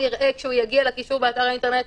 יראה כשהוא יגיע לקישור באתר האינטרנט,